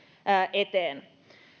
eteen